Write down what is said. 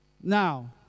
Now